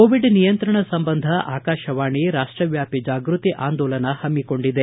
Covid ನಿಯಂತ್ರಣ ಸಂಬಂಧ ಆಕಾಶವಾಣಿ ರಾಷ್ಷವ್ಯಾಪಿ ಜಾಗ್ಬತಿ ಆಂದೋಲನ ಹಮ್ಮಿಕೊಂಡಿದೆ